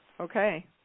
Okay